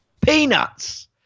Peanuts